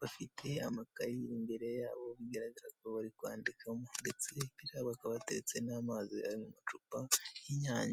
bafite amakaye imbere yabo bigaragara ko bari kwandikamo ndetse imbere yabo hakaba hateretse n'amazi ari mu macupa y'inyange.